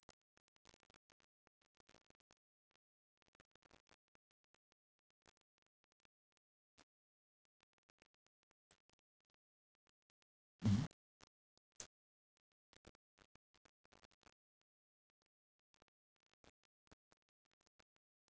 mmhmm